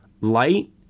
light